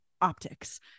Optics